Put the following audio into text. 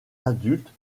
adultes